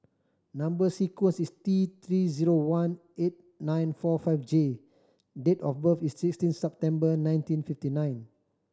number sequence is T Three zero one eight nine four five J date of birth is sixteen September nineteen fifty nine